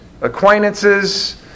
acquaintances